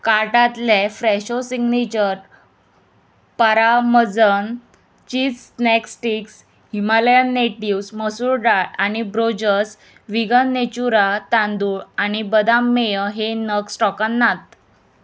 कार्टांतले Fresho signature parmesan cheese snack sticks Himalayan natives मसूर दाळ आनी ब्रोजस व्हीगन नेचुरा तांदूळ आनी बदाम मेय हे नग स्टॉकांत नात